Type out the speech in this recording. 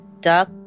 Duck